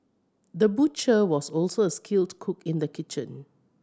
the butcher was also a skilled cook in the kitchen